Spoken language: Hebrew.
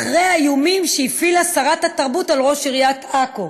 אחרי האיומים שהפעילה שרת התרבות על ראש עיריית עכו,